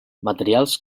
materials